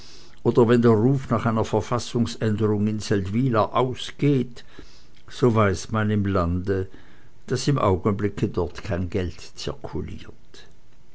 oder wenn der ruf nach verfassungsänderung in seldwyla ausgeht so weiß man im lande daß im augenblicke dort kein geld zirkuliert